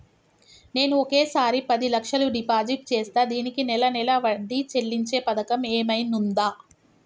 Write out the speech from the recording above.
నేను ఒకేసారి పది లక్షలు డిపాజిట్ చేస్తా దీనికి నెల నెల వడ్డీ చెల్లించే పథకం ఏమైనుందా?